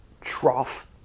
trough